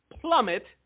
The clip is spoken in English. plummet